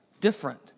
different